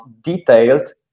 detailed